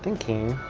thinking.